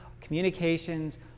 communications